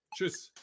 Tschüss